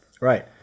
right